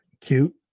cute